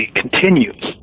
continues